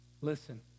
Listen